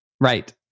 Right